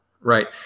right